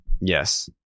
yes